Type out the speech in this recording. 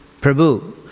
Prabhu